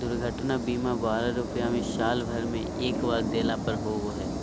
दुर्घटना बीमा बारह रुपया में साल भर में एक बार देला पर होबो हइ